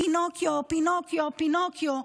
פינוקיו, פינוקיו, פינוקיו.